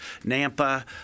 Nampa